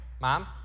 mom